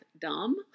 dumb